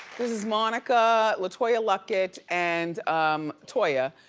this is monica, letoya luckett, and toya,